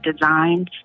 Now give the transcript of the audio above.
designs